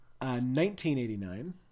1989